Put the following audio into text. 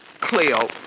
Cleo